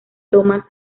thomas